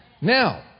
Now